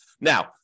Now